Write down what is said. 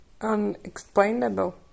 Unexplainable